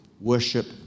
Worship